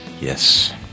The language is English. Yes